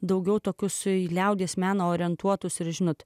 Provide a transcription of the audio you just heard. daugiau tokių su į liaudies meno orientuotus ir žinute